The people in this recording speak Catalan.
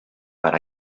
per